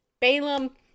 Balaam